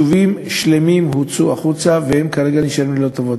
יישובים שלמים הוצאו, והם כרגע נשארים ללא הטבות.